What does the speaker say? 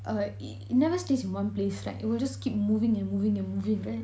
uh it it never stays in one place right it will just keep moving and moving and moving right